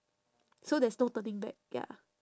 so there is no turning back ya